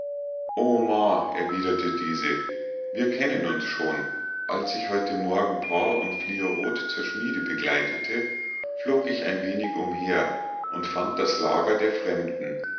erwiderte diese wir kennen uns schon als ich heute morgen pa und fliorot zur schmiede begleitete flog ich ein wenig umher und fand das lager der fremden